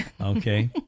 Okay